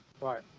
Right